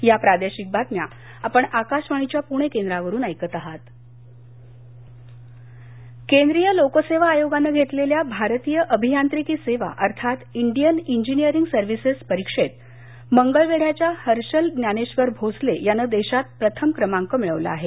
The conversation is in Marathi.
या प्रादेशिक बातम्या आपण आकाशवाणीच्या पुणे केंद्रावरून ऐकत आहात लोकसेवा आयोग प्रथमक्रमांक केंद्रीय लोकसेवा आयोगानं घेतलेल्या भारतीय अभियांत्रिकी सेवा अर्थात इंडियन इंजिनिअरिंग सर्व्हिसेस परीक्षेत मंगळवेढ्याच्या हर्षल ज्ञानेश्वर भोसले यानं देशात प्रथम क्रमांक मिळवला आहे